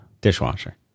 Dishwasher